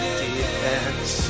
defense